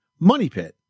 MONEYPIT